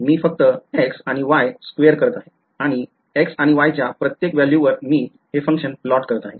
मी फक्त x आणि y square करीत आहे आणि x आणि y च्या प्रत्येक value वर मी हे function प्लॉट करत आहे